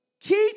Keep